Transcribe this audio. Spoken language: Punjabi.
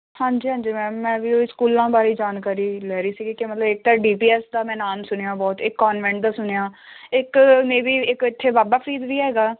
ਹਾਂਜੀ ਹਾਂਜੀ ਮੈਮ ਮੈਂ ਵੀ ਉਹ ਹੀ ਸਕੂਲਾਂ ਬਾਰੇ ਹੀ ਜਾਣਕਾਰੀ ਲੈ ਰਹੀ ਸੀਗੀ ਕਿ ਮਤਲਬ ਇੱਕ ਤਾਂ ਡੀ ਪੀ ਐਸ ਦਾ ਮੈਂ ਨਾਮ ਸੁਣਿਆ ਬਹੁਤ ਇੱਕ ਕੋਂਨਵੈਂਟ ਦਾ ਸੁਣਿਆ ਇੱਕ ਮੇ ਬੀ ਇੱਕ ਇੱਥੇ ਬਾਬਾ ਫਰੀਦ ਵੀ ਹੈਗਾ